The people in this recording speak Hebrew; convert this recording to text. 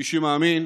מי שמאמין